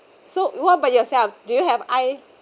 so what about yourself do you have I